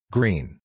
Green